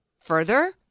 further